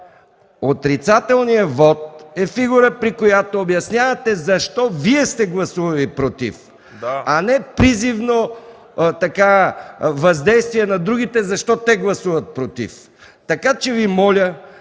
отрицателният вот е фигура, при която обяснявате защо Вие сте гласували „против”, а не призивно въздействие на другите защо те гласуват „против”. Моля